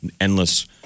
endless